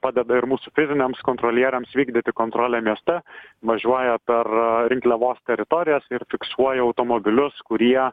padeda ir mūsų fiziniams kontrolieriams vykdyti kontrolę mieste važiuoja per rinkliavos teritorijas ir fiksuoja automobilius kurie